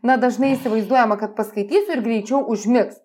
na dažnai įsivaizduojama kad paskaitysiu ir greičiau užmigs